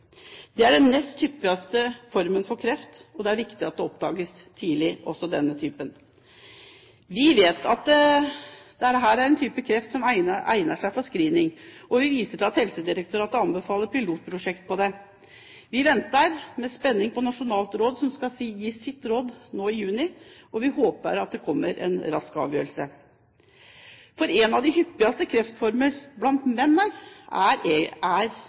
Det er den nest hyppigste formen for kreft, og det er viktig at også denne typen oppdages tidlig. Vi vet at dette er en type kreft som egner seg for screening, og vi viser til at Helsedirektoratet anbefaler pilotprosjekt på det. Vi venter i spenning på Nasjonalt råd for kvalitet og prioritering i helsetjenesten som skal gi sitt råd nå i juni, og vi håper at det kommer en rask avgjørelse. En av de hyppigste kreftformer blant menn er